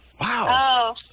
Wow